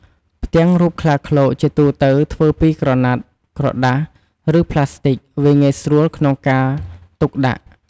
ផ្ទាំងរូបខ្លាឃ្លោកជាទូទៅធ្វើពីក្រណាត់ ក្រដាស ឬប្លាស្ទិកវាងាយស្រួលក្នុងការទុកដាក់។